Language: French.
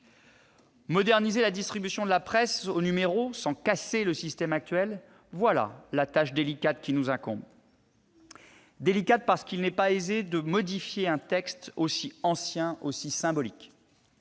Moderniser la distribution de la presse au numéro sans casser le système actuel : voilà la tâche délicate qui nous incombe. Cette tâche est délicate, parce qu'il n'est pas aisé de modifier un texte aussi ancien, aussi symbolique.